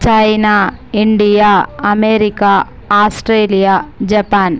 China India America Australia Japan